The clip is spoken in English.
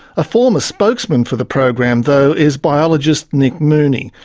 a former spokesman for the program, though, is biologist nick mooney,